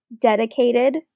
dedicated